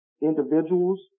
individuals